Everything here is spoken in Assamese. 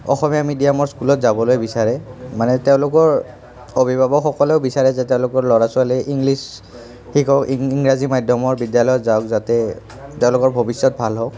অসমীয়া মিডিয়ামৰ স্কুলত যাবলৈ বিচাৰে মানে তেওঁলোকৰ অভিভাৱকসকলেও বিচাৰে যে তেওঁলোকৰ ল'ৰা ছোৱালী ইংলিছ শিকক ইংৰাজী মাধ্যমৰ বিদ্যালয়ত যাওক যাতে তেওঁলোকৰ ভৱিষ্যত ভাল হওক